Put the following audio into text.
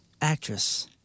actress